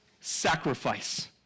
sacrifice